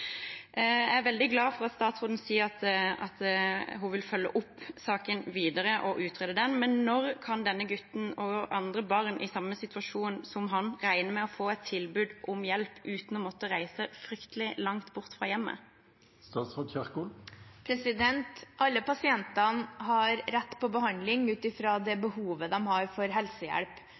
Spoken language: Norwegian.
Jeg er veldig glad for at statsråden sier at hun vil følge opp saken videre og utrede den, men når kan denne gutten og andre barn i samme situasjon som ham, regne med å få et tilbud om hjelp uten å måtte reise fryktelig langt bort fra hjemmet? Alle pasientene har rett på behandling ut fra det behovet de har for helsehjelp. Når man har omfattende og sammensatte behov for helsehjelp,